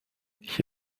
ich